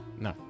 No